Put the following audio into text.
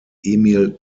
emil